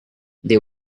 they